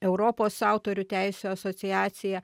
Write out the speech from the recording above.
europos autorių teisių asociacija